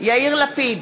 יאיר לפיד,